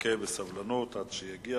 ונחכה בסבלנות עד שיגיע